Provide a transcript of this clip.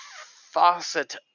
faucet